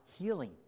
healing